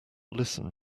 listen